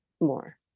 more